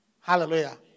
Hallelujah